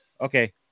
Okay